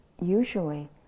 usually